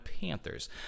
Panthers